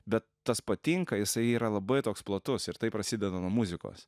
bet tas patinka jisai yra labai toks platus ir tai prasideda nuo muzikos